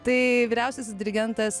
tai vyriausiasis dirigentas